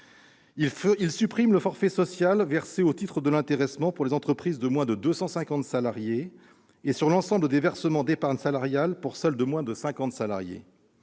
Il supprime le forfait social versé au titre de l'intéressement pour les entreprises de moins de 250 salariés et sur l'ensemble des versements d'épargne salariale pour celles qui comptent moins